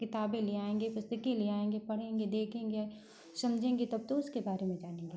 किताबें ले आएंगे पुस्तकें ले आएंगे पढ़ेंगे देखेंगे समझेंगे तब तो उसके बारे में जानेंगे